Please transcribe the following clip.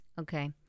Okay